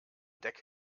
deck